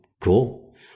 cool